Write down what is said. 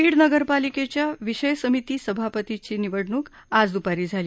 बीड नगरपालिकेच्या विषय समिती सभापतींची निवडणूक आज दूपारी झाली